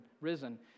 risen